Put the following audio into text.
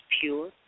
pure